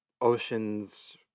oceans